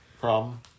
problem